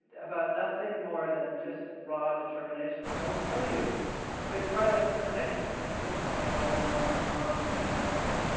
about nothing more than just raw determination. i will tell you a big part of that determination was because i couldn't let my mother-in-law, my mom, and my friends down.